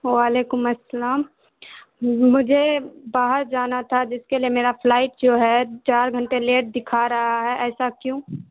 وعلیکم السلام مجھے باہر جانا تھا جس کے لیے میرا فلائٹ جو ہے چار گھنٹے لیٹ دکھا رہا ہے ایسا کیوں